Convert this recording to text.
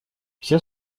все